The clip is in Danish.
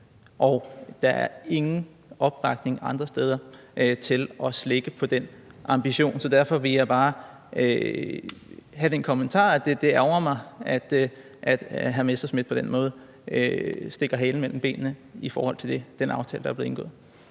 og der er ingen opbakning andre steder til at slække på den ambition. Så derfor vil jeg bare komme med den kommentar, at det ærgrer mig, at hr. Morten Messerschmidt på den måde stikker halen mellem benene i forhold til den aftale, der er blevet indgået.